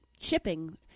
shipping